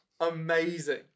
Amazing